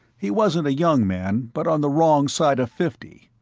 he wasn't a young man, but on the wrong side of fifty,